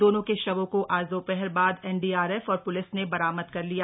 दोनों के शवों को आज दोपहर बाद एनडीआरएफ और प्लिस ने बरामद कर लिया